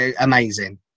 amazing